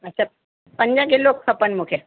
अच्छा पंज किलो खपनि मूंखे